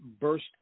burst